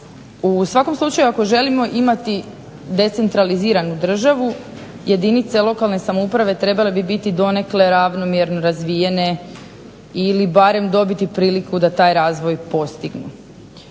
U svakom slučaju ako želimo imati decentraliziranu državu jedinice lokalne samouprave trebale bi biti donekle ravnomjerno razvijene ili barem dobiti priliku da taj razvoj postignu.